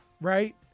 right